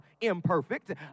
imperfect